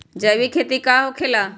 जैविक खेती का होखे ला?